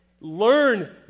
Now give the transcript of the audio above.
Learn